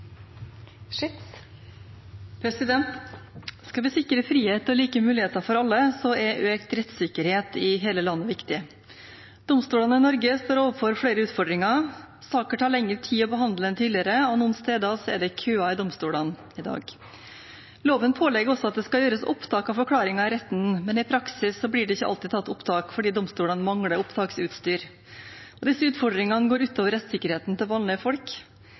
økt rettsikkerhet i hele landet viktig. Domstolene i Norge står overfor flere utfordringer. Saker tar lengre tid å behandle enn tidligere, og noen steder er det køer i domstolene i dag. Loven pålegger også at det skal gjøres opptak av forklaringer i retten, men i praksis blir det ikke alltid tatt opptak fordi domstolene mangler opptaksutstyr. Disse utfordringene går ut over rettssikkerheten til vanlige folk.